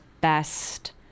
best